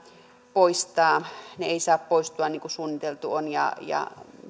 poistaa ne eivät saa poistua niin kuin suunniteltu on ja ja